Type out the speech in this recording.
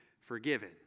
forgiven